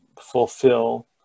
fulfill